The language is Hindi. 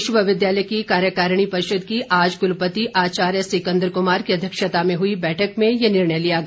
विश्वविद्यालय की कार्यकारिणी परिषद की आज कुलपति आचार्य सिकंदर कुमार की अध्यक्षता में हुई बैठक में ये निर्णय लिया गया